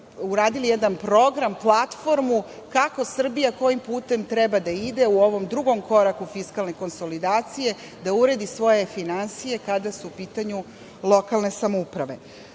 radili jedan program, platformu kako Srbija, kojim putem treba da ide u ovom drugom koraku fiskalne konsolidacije, da uredi svoje finansije kada su u pitanju lokalne samouprave. Stoga,